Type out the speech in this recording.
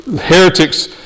Heretics